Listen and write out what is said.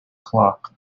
clock